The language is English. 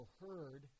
heard